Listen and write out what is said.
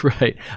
Right